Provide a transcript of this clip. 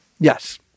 Yes